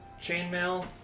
chainmail